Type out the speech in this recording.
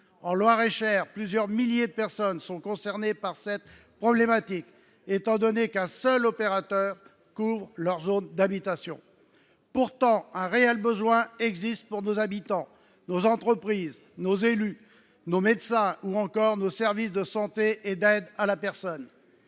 le Loir et Cher, plusieurs milliers de personnes sont concernées par cette problématique, étant donné qu’un seul opérateur couvre leur zone d’habitation. Pourtant, un réel besoin existe pour nos habitants, nos entreprises, nos élus, nos médecins ou encore nos services de santé et d’aide à la personne.